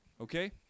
Okay